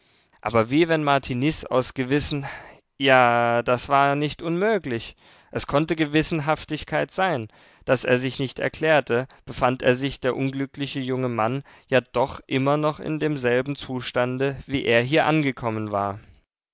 aber wie wenn martiniz aus gewissenh ja das war nicht unmöglich es konnte gewissenhaftigkeit sein daß er sich nicht erklärte befand er sich der unglückliche junge mann ja doch immer noch in demselben zustande wie er hier angekommen war